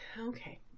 okay